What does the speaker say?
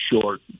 short